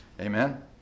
Amen